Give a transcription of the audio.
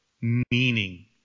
meaning